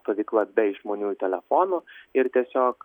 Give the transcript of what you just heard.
stovykla be išmaniųjų telefonų ir tiesiog